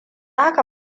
haka